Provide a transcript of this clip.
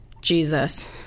jesus